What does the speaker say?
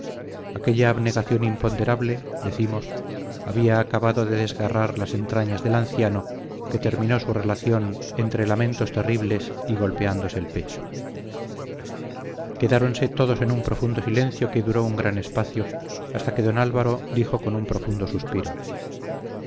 aquella abnegación imponderable decimos había acabado de desgarrar las entrañas del anciano que terminó su relación entre lamentos terribles y golpeándose el pecho quedáronse todos en un profundo silencio que duró un gran espacio hasta que don álvaro dijo con un profundo suspiro